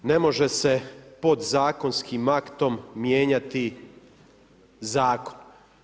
Ne može se podzakonskim aktom mijenjati zakon.